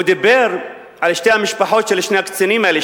הוא דיבר על שתי המשפחות של שני הקצינים האלה,